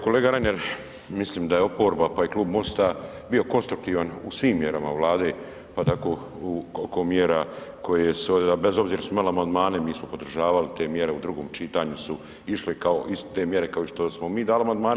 Kolega Reiner, mislim da je oporba, pa i Klub MOST-a bio konstruktivan u svim mjerama Vlade, pa tako oko mjera koje su ovdje bez obzira što smo imali amandmane mi smo podržavali te mjere, u drugom čitanju su išle kao iste mjere kao i što smo mi dali amandmane.